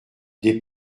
des